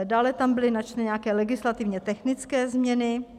Dále tam byly načteny nějaké legislativně technické změny.